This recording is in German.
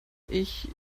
ich